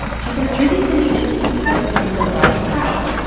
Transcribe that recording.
she says jersey city isn't prepared to handle large crowds,